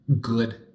good